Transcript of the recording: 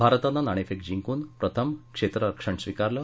भारतानं नाणेफेक जिंकून प्रथम क्षेत्ररक्षण स्वीकारलं